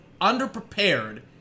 underprepared